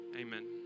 amen